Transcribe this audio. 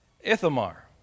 Ithamar